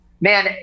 man